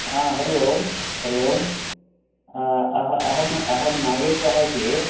आ हरिः ओम् हरिः ओम् आ अहम् अहम् अहं नागेशः इति